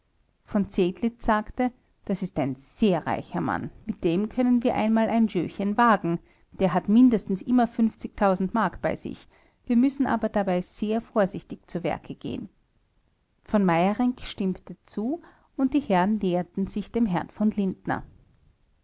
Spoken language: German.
v zedlitz sagte das ist ein sehr reicher mann mit dem können wir einmal ein jeuchen wagen der hat mindestens immer mark bei sich wir müssen aber dabei sehr vorsichtig zu werke gehen v meyerinck stimmte zu und die herren näherten sich dem herrn v lindner